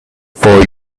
for